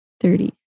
Thirties